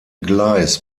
gleis